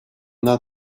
not